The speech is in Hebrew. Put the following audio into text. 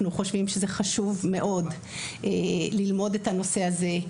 אנחנו חושבים שזה חשוב מאוד ללמוד את הנושא הזה,